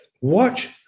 Watch